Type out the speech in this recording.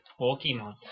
Pokemon